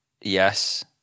yes